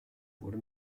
wurde